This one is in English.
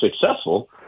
successful